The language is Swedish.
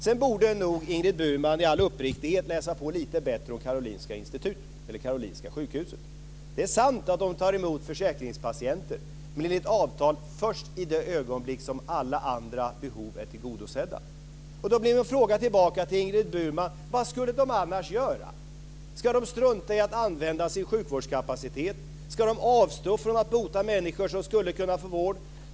Sedan borde nog Ingrid Burman i all uppriktighet läsa på lite bättre om Karolinska sjukhuset. Det är sant att de tar emot försäkringspatienter, men enligt avtal först i det ögonblick som alla andra behov är tillgodosedda. Då blir min fråga tillbaka till Ingrid Burman: Vad skulle de annars göra? Ska de strunta i att använda sin sjukvårdskapacitet? Ska de avstå från att bota människor som skulle kunna få vård?